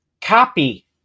copy